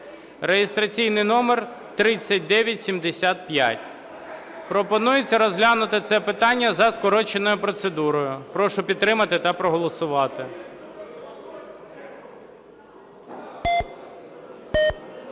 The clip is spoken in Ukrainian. (реєстраційний номер 3975). Пропонується розглянути це питання за скороченою процедурою. Прошу підтримати та проголосувати.